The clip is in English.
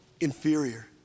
inferior